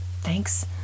thanks